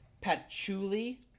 patchouli